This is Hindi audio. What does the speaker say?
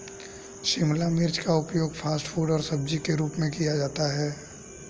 शिमला मिर्च का उपयोग फ़ास्ट फ़ूड और सब्जी के रूप में किया जाता है